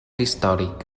històric